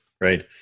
right